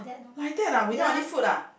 like that ah without any food ah